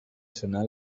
sonar